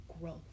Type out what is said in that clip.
growth